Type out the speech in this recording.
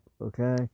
okay